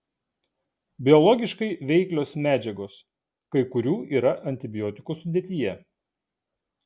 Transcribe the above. biologiškai veiklios medžiagos kai kurių yra antibiotikų sudėtyje